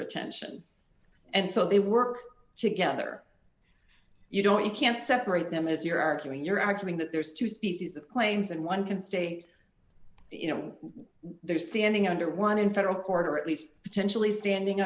rejection and so they were together you don't you can't separate them as you're arguing you're arguing that there's two species of claims and one can state you know they're standing under one in federal court or at least potentially standing